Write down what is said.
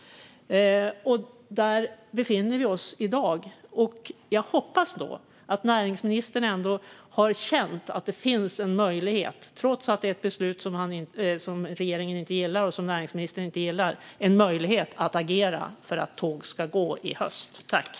Där befinner vi oss i dag. Jag hoppas att näringsministern ändå har känt att det finns en möjlighet att agera för att tåg ska gå i höst, trots att det är ett beslut som regeringen och näringsministern inte gillar.